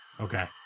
Okay